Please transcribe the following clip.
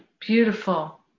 Beautiful